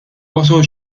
qosor